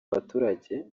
baturage